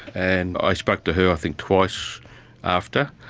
and i spoke to her i think twice after,